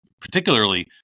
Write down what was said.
particularly